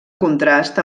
contrast